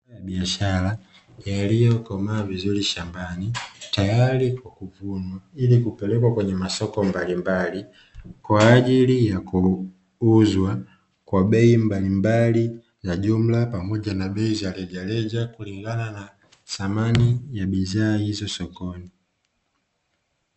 Mazao ya biashara yaliyo komaa vizuri shambani tayari kwa kuvunwa ili kupelekwa kwenye masoko mbalimbali, kwajili ya kuuzwa kwa bei mbalimbali za jumla pamoja na bei za reja reja kulingana na thamani ya bidhaa hizo sokoni.